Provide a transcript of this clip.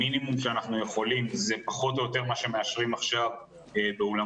המינימום שאנחנו יכולים זה פחות או יותר מה שמאשרים עכשיו באולמות